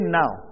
now